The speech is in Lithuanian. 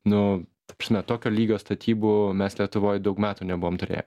nu ta prasme tokio lygio statybų mes lietuvoj daug metų nebuvom turėję